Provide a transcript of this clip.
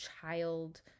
child